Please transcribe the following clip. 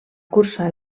cursar